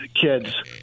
kids